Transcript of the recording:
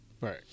Right